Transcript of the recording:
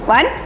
One